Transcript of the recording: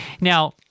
Now